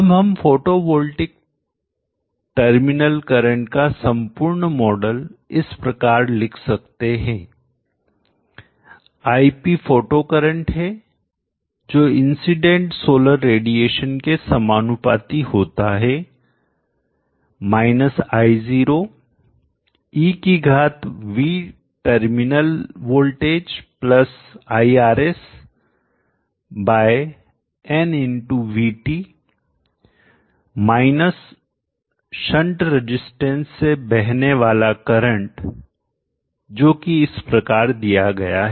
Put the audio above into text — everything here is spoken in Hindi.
अब हम फोटोवोल्टिक टर्मिनल करंट का संपूर्ण मॉडल इस प्रकार लिख सकते हैं ip फोटो करंट है जो इंसीडेंट सोलर रेडिएशन के समानुपाती होता है माइनस I0 e की घात V terminal voltage plus iRs by n VT minus shunt resistance से बहने वाला करंट जो कि इस प्रकार से दिया गया है